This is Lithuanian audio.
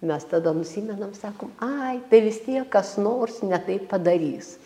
mes tada nusimenam sakom ai tai vis tiek kas nors ne taip padarys